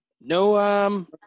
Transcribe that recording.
No